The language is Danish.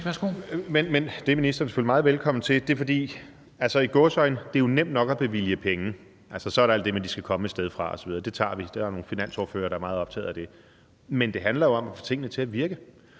Det er ministeren selvfølgelig meget velkommen til. Men jeg spørger, fordi det – i gåseøjne – jo er nemt nok at bevilge penge. Altså, så er der alt det med, at de skal komme et sted fra osv. Det tager vi til den tid; der er nogle finansordførere, der er meget optaget af det. Men det handler jo om at få tingene til at virke.